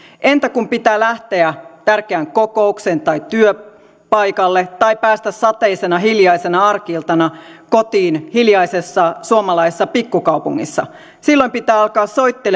entä kun pitää lähteä tärkeään kokoukseen tai työpaikalle tai päästä sateisena hiljaisena arki iltana kotiin hiljaisessa suomalaisessa pikkukaupungissa silloin pitää alkaa soitella